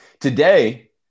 Today